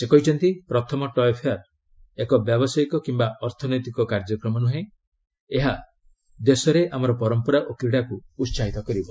ସେ କହିଛନ୍ତି ପ୍ରଥମ ଟୟେ ଫେୟାର ଏକ ବ୍ୟବସାୟିକ କିମ୍ବା ଅର୍ଥନୈତିକ କାର୍ଯ୍ୟକ୍ରମ ନୁହେଁ ଏହା ଦେଶରେ ଆମର ପରମ୍ପରା ଓ କ୍ରୀଡ଼ାକୁ ଉସାହିତ କରିବ